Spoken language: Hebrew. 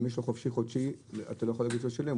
אם יש לו חופשי-חודשי אתה לא יכול להגיד שהוא לא שילם,